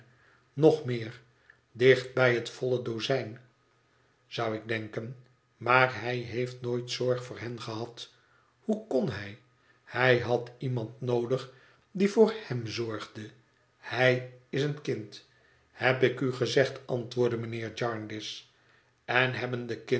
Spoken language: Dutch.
nog meer dicht bij het volle dozijn zou ik denken maar hij heeft nooit zorg voor hen gehad hoe kon hij hij had iemand noodig die voor hem zorgde hij is een kind heb ik u gezegd antwoordde mijnheer jarndyce en hebben de